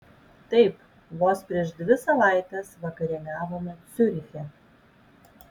taip vos prieš dvi savaites vakarieniavome ciuriche